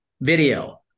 video